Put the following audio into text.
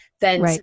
Then-